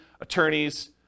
attorneys